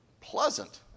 pleasant